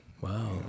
Wow